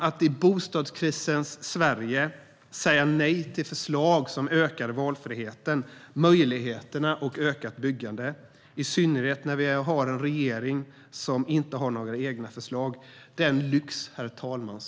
Att i bostadskrisens Sverige säga nej till förslag som ökar valfriheten, möjligheterna och byggandet är en lyx som vi inte har råd med, i synnerhet inte när vi har en regering som inte har några egna förslag.